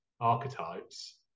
archetypes